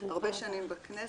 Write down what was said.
אני הרבה שנים בכנסת,